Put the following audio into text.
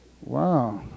Wow